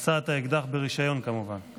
נשא את האקדח ברישיון, כמובן.